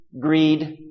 greed